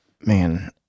man